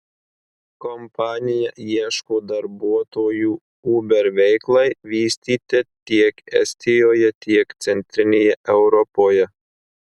kompanija ieško darbuotojų uber veiklai vystyti tiek estijoje tiek centrinėje europoje